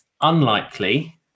unlikely